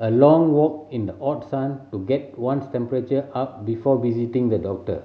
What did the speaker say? a long walk in the hot sun to get one's temperature up before visiting the doctor